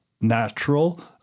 natural